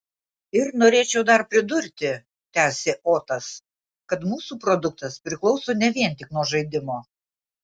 ir norėčiau dar pridurti tęsė otas kad mūsų produktas priklauso ne vien tik nuo žaidimo